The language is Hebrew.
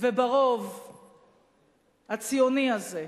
והרוב הציוני הזה,